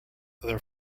their